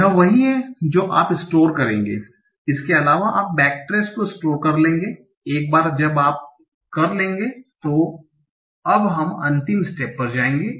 यह वही है जो आप स्टोर करेंगे इसके अलावा आप बैक ट्रेस बक trace को स्टोर कर लेंगे एक बार जब आप कर लेंगे तो अब हम अंतिम स्टेप पर जाएंगे